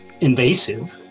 invasive